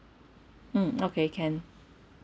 mm okay can